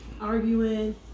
arguing